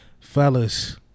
Fellas